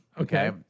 Okay